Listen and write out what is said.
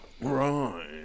Right